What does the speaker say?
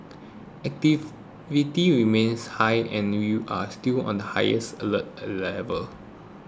activity remains high and we are still on highest alert level